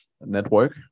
network